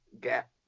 get